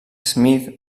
smith